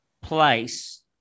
place